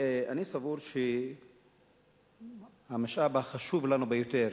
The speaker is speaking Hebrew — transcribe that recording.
אני סבור שהמשאב החשוב לנו ביותר,